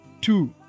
two